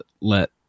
let